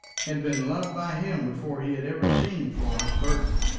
had been loved by him before he had ever seen florence burton.